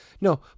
No